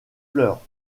fleurs